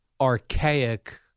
archaic